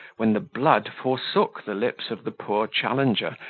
when the blood forsook the lips of the poor challenger,